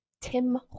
tim